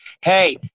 Hey